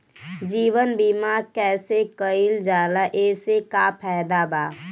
जीवन बीमा कैसे कईल जाला एसे का फायदा बा?